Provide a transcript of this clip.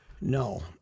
No